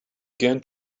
again